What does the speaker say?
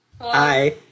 Hi